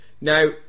Now